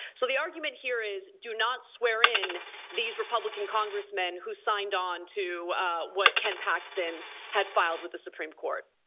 so the argument here is do not swear in these republican congressmen who signed on to what ken paxton had filed with the supreme court.